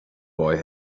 boy